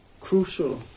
crucial